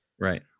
Right